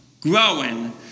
growing